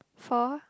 four